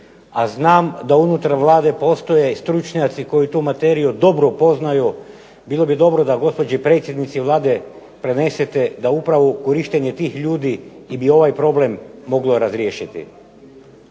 a znam da unutar Vlade postoje stručnjaci koji tu materiju dobro poznaju bilo bi dobro da gospođi predsjednici Vlade prenesete da upravo korištenje tih ljudi bi ovaj problem moglo razriješiti.